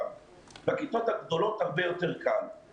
הכנו את הגנים, ממתינים להנחיות חדשות